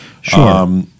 Sure